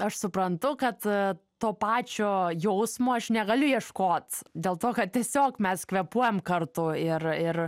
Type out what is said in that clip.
aš suprantu kad to pačio jausmo aš negaliu ieškot dėl to kad tiesiog mes kvėpuojam kartu ir ir